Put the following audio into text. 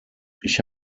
ich